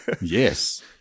Yes